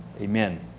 Amen